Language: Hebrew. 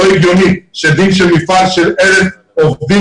לא הגיוני שדין מפעל עם 1,000 עובדים,